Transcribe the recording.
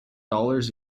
dollars